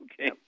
Okay